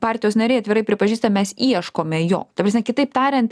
partijos nariai atvirai pripažįsta mes ieškome jo ta prasme kitaip tariant